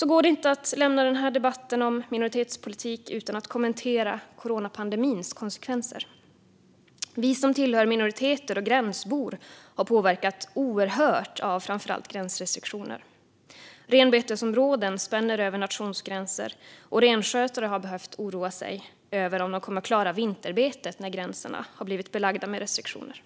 går det inte att lämna debatten om minoritetspolitik utan att kommentera coronapandemins konsekvenser. Vi som tillhör minoriteter och är gränsbor har påverkats oerhört av framför allt gränsrestriktioner. Renbetesområden spänner över nationsgränser, och renskötare har behövt oroa sig över om de kommer att klara vinterbetet när gränserna har blivit belagda med restriktioner.